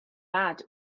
mat